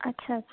ਅੱਛਾ ਅੱਛਾ